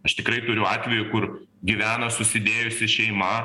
aš tikrai turiu atvejų kur gyvena susidėjusi šeima